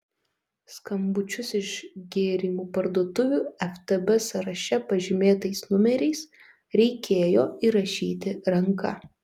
skambučius iš gėrimų parduotuvių ftb sąraše pažymėtais numeriais reikėjo įrašyti ranka